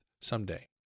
someday